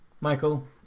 Michael